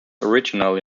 originally